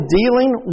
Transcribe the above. dealing